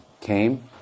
came